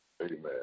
Amen